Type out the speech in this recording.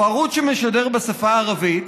או ערוץ שמשדר בשפה הערבית,